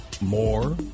more